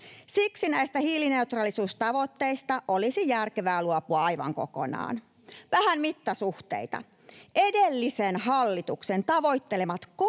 Siksi näistä hiilineutraalisuustavoitteista olisi järkevää luopua aivan kokonaan. Vähän mittasuhteita: Edellisen hallituksen tavoittelemat